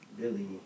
Billy